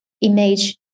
image